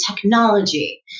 technology